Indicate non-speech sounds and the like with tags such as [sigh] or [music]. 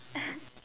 [laughs]